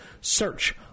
Search